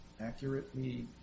accurately